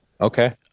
okay